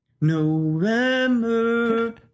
November